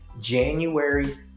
january